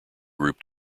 group